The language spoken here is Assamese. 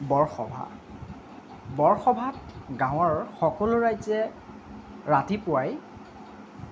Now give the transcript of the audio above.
বৰসভা বৰসভাত গাঁৱৰ সকলো ৰাইজে ৰাতিপুৱাই